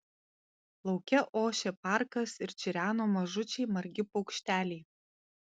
lauke ošė parkas ir čireno mažučiai margi paukšteliai